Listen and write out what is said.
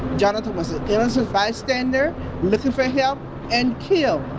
jonathan was an innocent bystander looking for help and killed